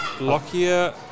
Lockyer